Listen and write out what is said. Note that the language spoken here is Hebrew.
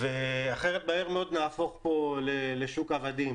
אחרת מהר מאוד נהפוך פה לשוק עבדים.